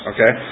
Okay